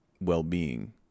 well-being